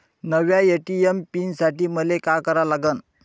नव्या ATM pin साठी मले का करा लागन?